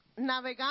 navegando